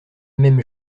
même